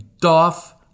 doff